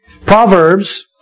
Proverbs